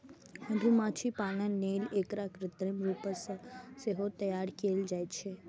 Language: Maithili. मधुमाछी पालन लेल एकरा कृत्रिम रूप सं सेहो तैयार कैल जाइ छै